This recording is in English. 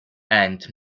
aunt